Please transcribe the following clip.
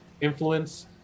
Influence